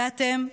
ואתם,